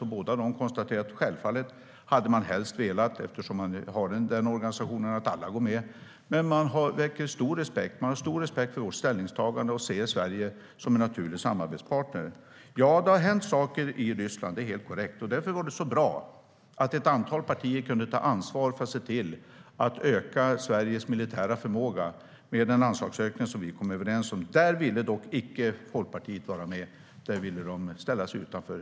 Båda dessa parter konstaterade att man självfallet helst hade velat att alla gick med, eftersom man har den organisationen, men man har stor respekt för vårt ställningstagande och ser Sverige som en naturlig samarbetspartner. Det har hänt saker i Ryssland; det är helt korrekt. Därför var det så bra att ett antal partier kunde ta ansvar för att öka Sveriges militära förmåga med den anslagsökning vi kom överens om. Där ville dock Folkpartiet icke vara med, utan de ville ställa sig utanför.